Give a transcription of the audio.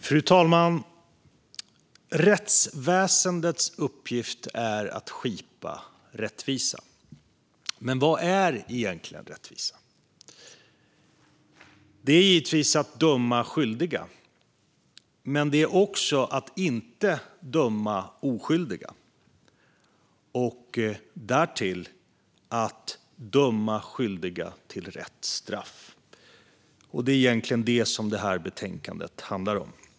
Fru talman! Rättsväsendets uppgift är att skipa rättvisa. Men vad är egentligen rättvisa? Det är givetvis att döma skyldiga. Men det är också att inte döma oskyldiga. Det är därtill att döma skyldiga till rätt straff. Det är det som det här betänkandet handlar om.